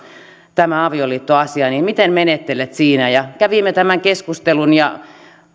tämä avioliittoasia niin miten menettelet siinä kävimme tämän keskustelun ja